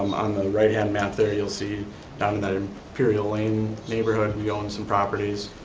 on the right-hand map there you'll see down that um imperial lane, neighborhood, we own some properties.